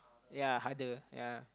ya harder ya